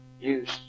use